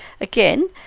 again